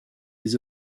les